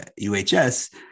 UHS